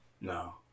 No